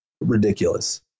ridiculous